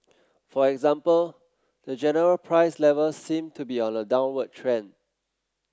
for example the general price level seem to be on a downward trend